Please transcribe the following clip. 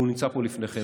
והוא נמצא פה לפניכם.